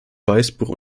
weißbuch